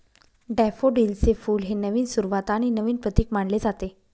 डॅफोडिलचे फुल हे नवीन सुरुवात आणि नवीन प्रतीक मानले जाते